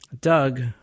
Doug